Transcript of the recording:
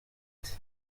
ati